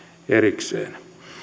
erikseen